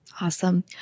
Awesome